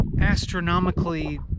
astronomically